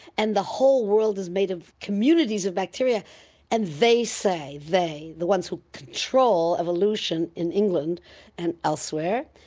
and the whole world is made of communities of bacteria and they say. they, the ones who control evolution in england and elsewhere,